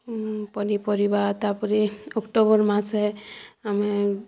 ପନିପରିବା ତା'ପରେ ଅକ୍ଟୋବର୍ ମାସେ ଆମେ